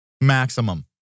maximum